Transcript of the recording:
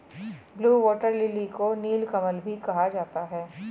blue water lily को नीलकमल भी कहा जाता है